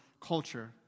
culture